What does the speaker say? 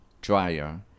dryer